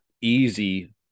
easy